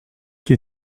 qui